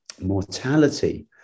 mortality